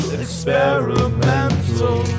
experimental